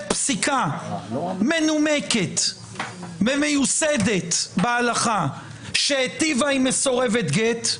פסיקה מנומקת ומיוסדת בהלכה שהיטיבה עם מסורבת גט,